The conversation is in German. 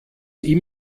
ihm